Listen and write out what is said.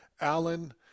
Allen